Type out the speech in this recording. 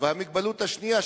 והמוגבלות השנייה,